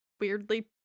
weirdly